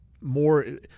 more –